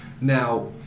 Now